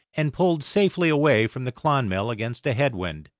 and pulled safely away from the clonmel against a head wind.